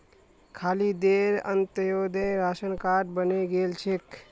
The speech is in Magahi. खालिदेर अंत्योदय राशन कार्ड बने गेल छेक